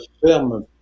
ferme